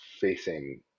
facing